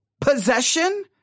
possession